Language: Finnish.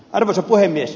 arvoisa puhemies